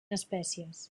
espècies